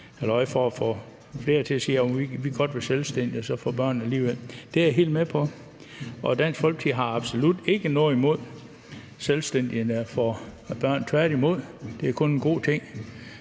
Det er for at få flere til at sige, at de godt kan være selvstændige og få børn alligevel. Det er jeg helt med på, og Dansk Folkeparti har absolut ikke noget imod selvstændige, der får børn – tværtimod, det er kun en god ting.